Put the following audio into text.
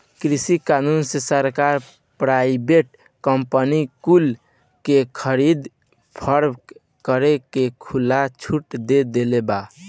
कृषि कानून से सरकार प्राइवेट कंपनी कुल के खरीद फोक्त करे के खुला छुट दे देले बा